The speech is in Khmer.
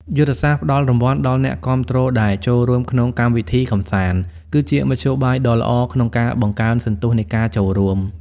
យុទ្ធសាស្ត្រផ្ដល់រង្វាន់ដល់អ្នកគាំទ្រដែលចូលរួមក្នុងកម្មវិធីកម្សាន្ត គឺជាមធ្យោបាយដ៏ល្អក្នុងការបង្កើនសន្ទុះនៃការចូលរួម។